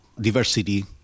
diversity